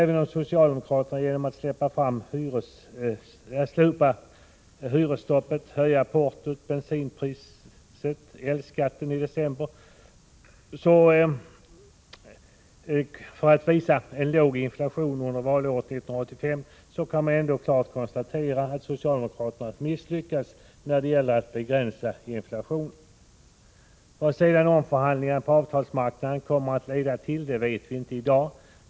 Även om socialdemokraterna genom att slopa hyresstoppet och genom att i december höja portot, bensinpriset, elskatten m.m., skulle kunna visa på en låg inflation under valåret 1985, kan man ändå klart konstatera att de misslyckats när det gäller att begränsa inflationen. Vad sedan omförhandlingar på avtalsmarknaden kommer att leda till vet vi inte i dag.